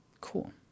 Cool